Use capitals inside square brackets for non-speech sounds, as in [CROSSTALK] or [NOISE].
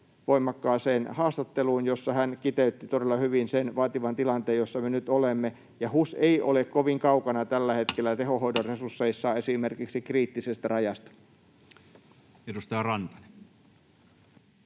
voimakkaaseen haastatteluun, jossa hän kiteytti todella hyvin sen vaativan tilanteen, jossa me nyt olemme. Ja HUS ei ole kovin kaukana tällä hetkellä [NOISE] tehohoidon resursseissa esimerkiksi kriittisestä rajasta. Edustaja Rantanen.